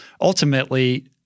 ultimately